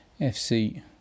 FC